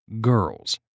girls